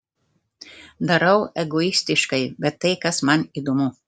darau egoistiškai bet tai kas man įdomu